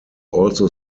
also